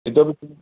इतोपि